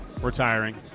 retiring